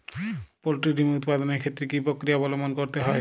Poultry ডিম উৎপাদনের ক্ষেত্রে কি পক্রিয়া অবলম্বন করতে হয়?